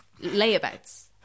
layabouts